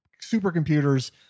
supercomputers